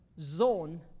zone